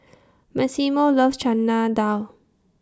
Maximo loves Chana Dal